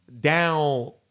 down